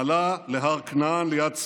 עלה להר כנען ליד צפת,